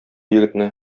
егетне